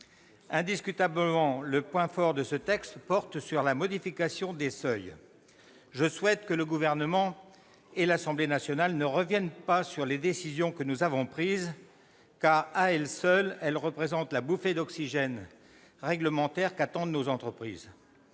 Indiscutablement, le point fort de ce texte porte sur la modification des seuils. Je souhaite que le Gouvernement et l'Assemblée nationale ne reviennent pas sur les décisions que nous avons prises, car elles représentent, à elles seules, la bouffée d'oxygène réglementaire qu'attendent nos entreprises.